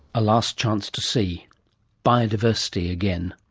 a last chance to see biodiversity again.